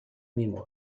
میمرد